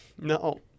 No